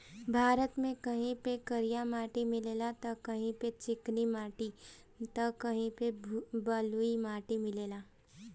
भारत में कहीं पे करिया माटी मिलेला त कहीं पे चिकनी माटी त कहीं पे बलुई माटी मिलेला